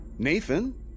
Nathan